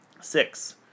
Six